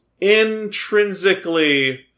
...intrinsically